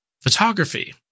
photography